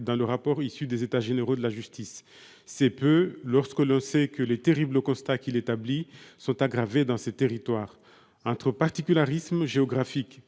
dans le rapport issu des États généraux de la justice. C'est peu lorsque l'on sait que les terribles constats qu'il dresse sont plus graves encore dans ces territoires. Entre particularismes géographiques,